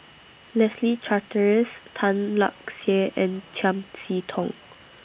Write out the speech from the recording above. Leslie Charteris Tan Lark Sye and Chiam See Tong